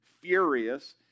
Furious